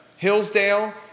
Hillsdale